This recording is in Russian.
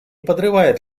подрывает